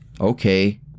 Okay